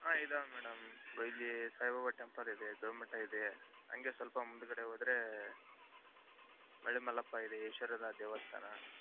ಹಾಂ ಇದಾವೆ madam Sai Baba temple ಇದೆ ಗವಿ ಮಠ ಇದೆ ಹಂಗೆ ಸ್ವಲ್ಪ ಮುಂದುಗಡೆ ಹೋದ್ರೇ ಮಳೆ ಮಲ್ಲಪ್ಪ ಇದೆ ದೇವಸ್ಥಾನ